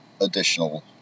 additional